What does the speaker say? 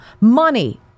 money